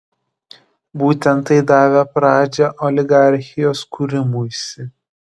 būtent tai davė pradžią oligarchijos kūrimuisi